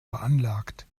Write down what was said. veranlagt